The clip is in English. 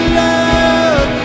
love